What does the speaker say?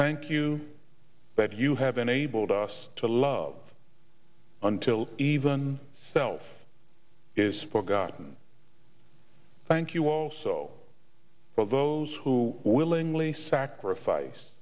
thank you but you have enabled us to love until even self is forgotten thank you also for those who willingly sacrifice